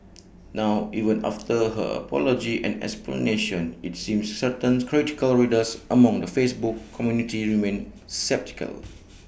now even after her apology and explanation IT seems certain critical readers among the Facebook community remained sceptical